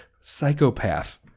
Psychopath